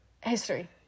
history